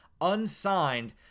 unsigned